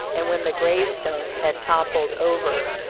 and when the gravestones had toppled over,